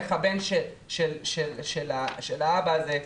איך הבן של האבא הזה,